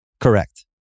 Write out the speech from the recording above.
correct